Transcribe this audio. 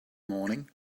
morning